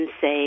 say